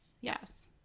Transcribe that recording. yes